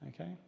Okay